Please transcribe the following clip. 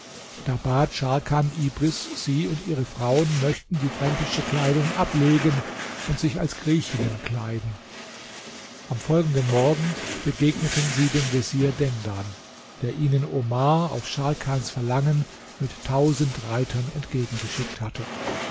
scharkan ibris sie und ihre frauen möchten die fränkische kleidung ablegen und sich als griechinnen kleiden am folgenden morgen begegneten sie dem vezier dendan den ihnen omar auf scharkans verlangen mit tausend reitern entgegengeschickt hatte